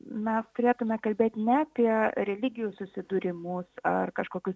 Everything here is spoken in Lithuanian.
mes turėtume kalbėt ne apie religijų susidūrimus ar kažkokius